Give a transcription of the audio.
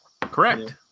correct